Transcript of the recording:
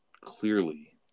clearly